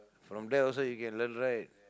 from them also you can learn right